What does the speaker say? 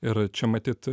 ir čia matyt